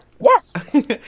Yes